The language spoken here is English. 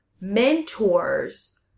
mentors